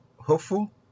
hopeful